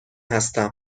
هستم